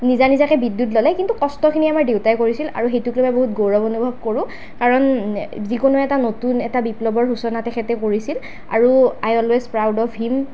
নিজা নিজাকৈ বিদ্যুত ল'লে কিন্তু কষ্টখিনি আমাৰ দেউতাই কৰিছিল আৰু সেইটো লৈ বহুত গৌৰৱ অনুভৱ কৰোঁ কাৰণ যিকোনো এটা নতুন এটা বিপ্লৱৰ সূচনা তেখেতে কৰিছিল আৰু I always proud of him